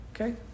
Okay